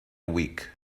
week